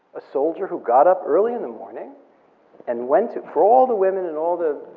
a soldier who got up early in the morning and went to, for all the women and all the,